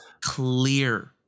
clear